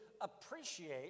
appreciate